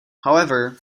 however